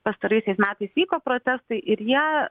pastaraisiais metais vyko protestai ir jie